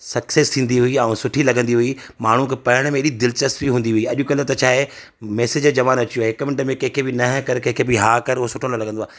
success थींदी हुई ऐं सुठी लॻंदी हुई माण्हू खे पढ़ण में एॾी दिलचस्पी हूंदी हुई अॼुकल्हि त छा आहे मैसेज जमानो अची वियो आहे हिक मिंट में कंहिंखे बि नह कंहिंखे बि हा कर उहो सुठो लॻंदो आहे